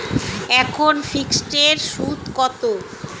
এখন ফিকসড এর সুদ কত?